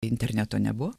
interneto nebuvo